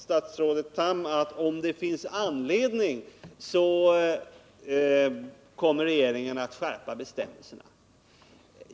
Statsrådet Tham säger att om det finns anledning kommer regeringen att skärpa bestämmelserna.